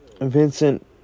Vincent